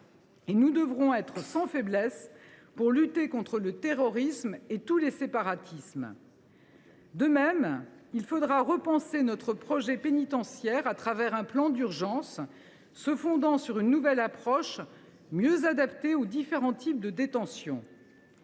nous devrons être sans faiblesse pour lutter contre le terrorisme et tous les séparatismes. « De même, il faudra repenser notre projet pénitentiaire au travers d’un plan d’urgence se fondant sur une nouvelle approche mieux adaptée aux différents types de détention.